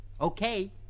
Okay